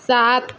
سات